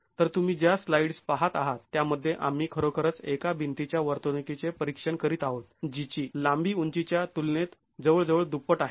तर तुम्ही ज्या स्लाईड्स पहात आहात त्यामध्ये आम्ही खरोखरच एका भिंतीच्या वर्तणुकीचे परीक्षण करीत आहोत जी ची लांबी उंचीच्या तुलनेत जवळजवळ दुप्पट आहे